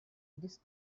this